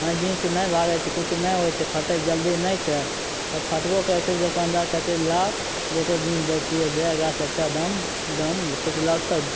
jeans नहि भागै छै किछु नहि होइ छै फटै जल्दी नहि छै आओर फटबो करै छै तऽ दोकनदार कहै छै ला दोसर जीन्स दै छिऔ दे एकरासे अच्छा दाम दाम किछु लागतौ